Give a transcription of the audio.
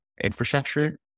infrastructure